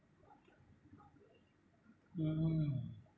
mm